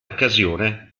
occasione